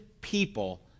people